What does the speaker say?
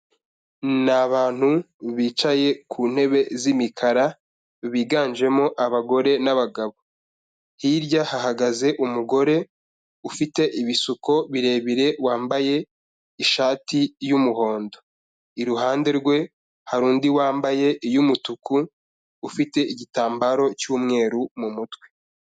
Ni abantu bicaye ku ntebe z'imikara, biganjemo abagore n'abagabo. Hirya hahagaze umugore ufite ibisuko birebire wambaye ishati y'umuhondo. Iruhande rwe hari undi wambaye iy'umutuku ufite igitambaro cy'umweru mu mutwe.